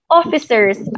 officers